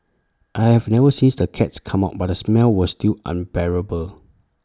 I have never sees the cats come out but the smell was still unbearable